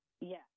Yes